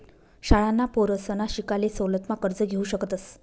शाळांना पोरसना शिकाले सवलत मा कर्ज घेवू शकतस